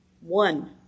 one